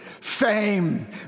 fame